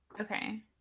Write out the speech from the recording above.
Okay